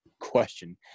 question